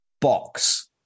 box